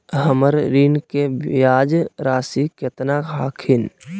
हमर ऋण के ब्याज रासी केतना हखिन?